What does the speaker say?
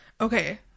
Okay